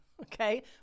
okay